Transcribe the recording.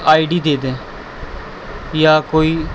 آئی D دے دیں یا کوئی